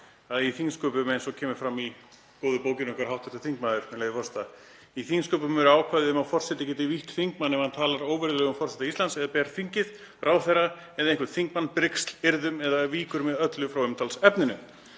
svo í þingsköpum, eins og kemur fram í góðu bókinni okkar, Háttvirtur þingmaður, með leyfi forseta: „Í þingsköpum eru ákvæði um að forseti geti vítt þingmann ef hann talar óvirðulega um forseta Íslands eða ber þingið, ráðherra eða einhvern þingmann brigslyrðum eða víkur með öllu frá umtalsefninu.“